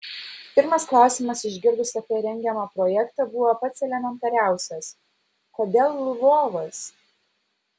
pirmas klausimas išgirdus apie rengiamą projektą buvo pats elementariausias kodėl lvovas